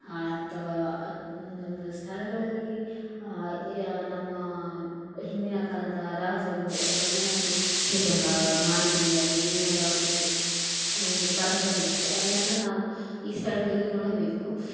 ಅಥವಾ ಒಂದೊಂದು ಸ್ಥಳಗಳಲ್ಲಿ ನಮ್ಮ ಹಿಂದಿನ ಕಾಲದ ರಾಜರು ಅಥವಾ ಜನರು ಹೀಗೆಲ್ಲ ಮಾಡಿಕೊಂಡಿದ್ದಾರೆ ಏನೆಲ್ಲ ಅವರದ್ದು ಒಂದು ಪರಂಪರೆ ಇತ್ತು ಅದನ್ನೆಲ್ಲ ನಾವು ಈ ಸ್ಥಳಗಳಲ್ಲಿ ನೋಡಬೇಕು